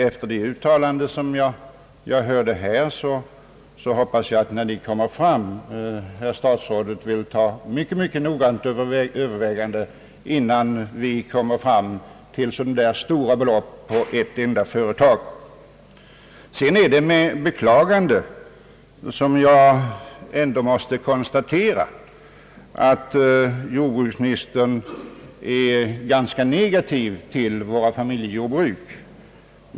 Efter herr statsrådets uttalande här hoppas jag emellertid att han när den kommer upp vill överväga den mycket noggrant innan det blir tal om så stora summor till ett enda företag. Det är med beklagande jag måste konstatera att jordbruksministern ställer sig ganska negativ till våra familjejordbruk.